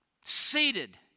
seated